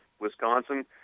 Wisconsin